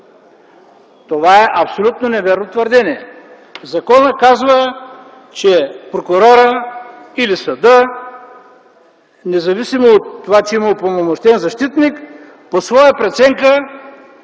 Това е абсолютно невярно твърдение. Законът казва, че прокурорът или съдът, независимо от това че има упълномощен защитник, в своя преценка